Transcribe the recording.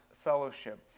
fellowship